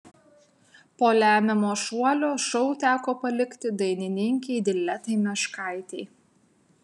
po lemiamo šuolio šou teko palikti dainininkei diletai meškaitei